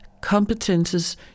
competences